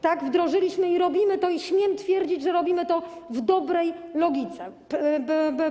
Tak, wdrożyliśmy to, robimy to i śmiem twierdzić, że robimy to według dobrej logiki.